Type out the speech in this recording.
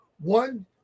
one